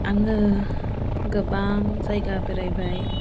आङो गोबां जायगा बेरायबाय